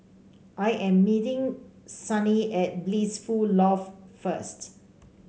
I am meeting Sonny at Blissful Loft first